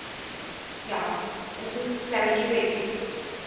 या seventy two eighty